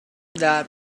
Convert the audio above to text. that